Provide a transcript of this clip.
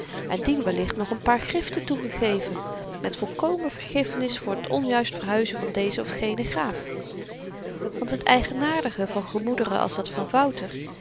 en dien wellicht nog n paar griften toegegeven met volkomen vergiffenis voor t onjuist verhuizen van dezen of genen graaf want het eigenaardige van gemoederen als dat van wouter